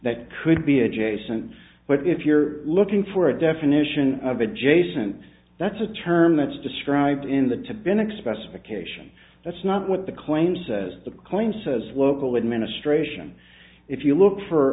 that could be adjacent but if you're looking for a definition of adjacent that's a term that's described in the to been expressed occasion that's not what the claim says the claim says local administration if you look for